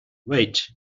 wait